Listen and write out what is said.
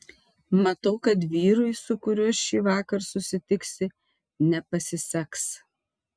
matau kad vyrui su kuriuo šįvakar susitiksi nepasiseks